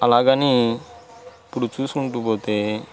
అలాగని ఇప్పుడు చూసుకుంటు పోతే